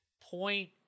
point